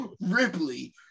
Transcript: Ripley